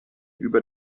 über